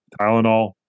Tylenol